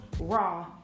raw